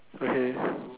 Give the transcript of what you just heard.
which is